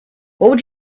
would